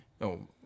No